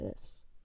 ifs